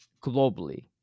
globally